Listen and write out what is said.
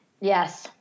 Yes